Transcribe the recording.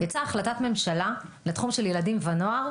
יצאה החלטת ממשלה לתחום של ילדים ונוער,